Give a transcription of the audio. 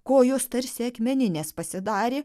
kojos tarsi akmeninės pasidarė